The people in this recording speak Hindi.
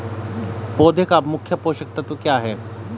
पौधे का मुख्य पोषक तत्व क्या हैं?